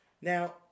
Now